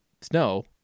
snow